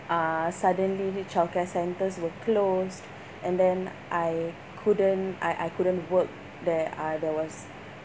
uh suddenly childcare centres were closed and then I couldn't I I couldn't work there uh there was